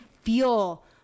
feel